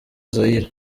zaïre